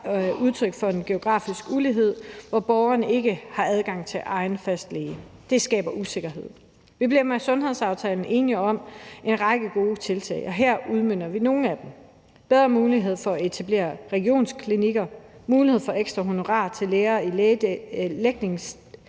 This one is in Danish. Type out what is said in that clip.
udtryk for en geografisk ulighed, hvor borgerne ikke har adgang til egen faste læge. Det skaber usikkerhed. Vi blev med sundhedsaftalen enige om en række gode tiltag, og her udmønter vi nogle af dem: bedre mulighed for at etablere regionsklinikker, mulighed for ekstra honorarer til læger i lægedækningstruede